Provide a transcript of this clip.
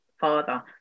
father